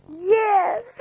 Yes